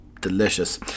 delicious